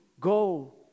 go